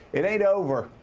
it ain't over,